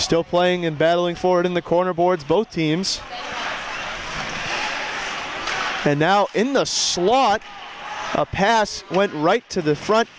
still playing and battling forward in the corner boards both teams and now in the slot a pass went right to the front